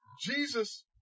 Jesus